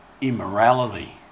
immorality